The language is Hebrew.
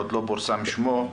עוד לא פורסם שמו,